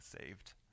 saved